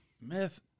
Myth